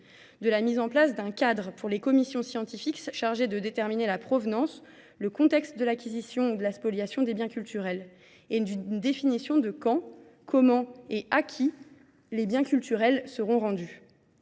de la mise en place d'un cadre pour les commissions scientifiques chargées de déterminer la provenance, le contexte de l'acquisition ou de la spoliation des biens culturels, et d'une définition de quand, comment et à qui les biens culturels seront rendus.